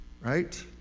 right